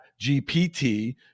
GPT